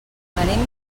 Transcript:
venim